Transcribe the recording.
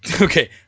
Okay